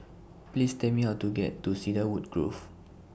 Please Tell Me How to get to Cedarwood Grove